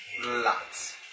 Lots